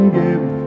give